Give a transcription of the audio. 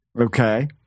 Okay